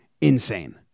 insane